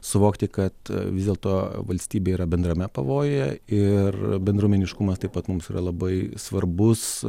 suvokti kad vis dėlto valstybė yra bendrame pavojuje ir bendruomeniškumas taip pat mums yra labai svarbus